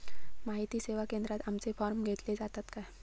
माहिती सेवा केंद्रात आमचे फॉर्म घेतले जातात काय?